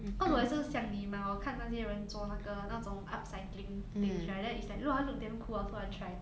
cause 我也是像你 mah 我看那些人做那个那种 up-cycling things right then it's like look ah look damn cool I also wanna try